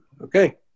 Okay